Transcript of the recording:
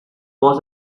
was